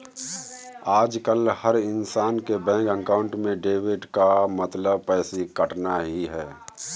आजकल हर इन्सान के बैंक अकाउंट में डेबिट का मतलब पैसे कटना ही है